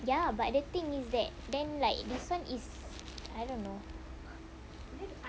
ya but the thing is that then like this [one] is I don't know